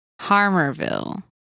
Harmerville